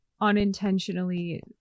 unintentionally